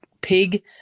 pig